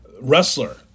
wrestler